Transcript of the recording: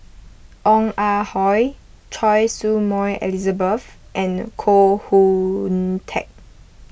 Ong Ah Hoi Choy Su Moi Elizabeth and Koh Hoon Teck